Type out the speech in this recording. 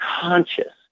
conscious